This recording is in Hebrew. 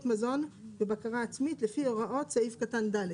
מזון ובקרה עצמית לפי הוראות סעיף קטן ד.